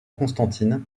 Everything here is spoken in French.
constantine